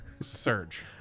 Surge